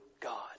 God